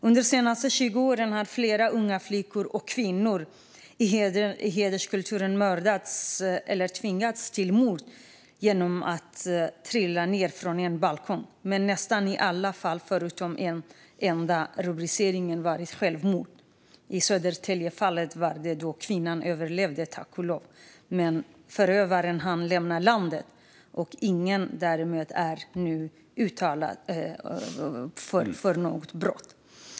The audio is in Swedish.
Under de senaste 20 åren har flera unga flickor och kvinnor i hederskulturen mördats eller tvingats dö genom att "trilla ned" från en balkong, men i nästan alla fall förutom i ett enda har rubriceringen varit självmord. I Södertäljefallet överlevde kvinnan tack och lov. Men förövaren hann lämna landet, och ingen är därmed utpekad för brottet.